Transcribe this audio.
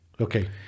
okay